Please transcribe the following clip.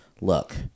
look